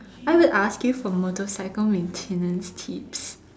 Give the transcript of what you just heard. I will ask you for motorcycle maintenance tips